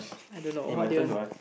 I don't know what do you want